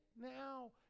now